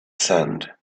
sand